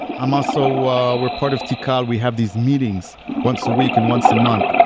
um also, we're we're part of tikal, we have these meetings once a week and once a month.